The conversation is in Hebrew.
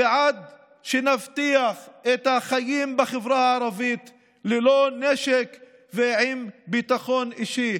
ועד שנבטיח את החיים בחברה הערבית ללא נשק ועם ביטחון אישי.